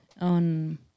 on